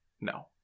No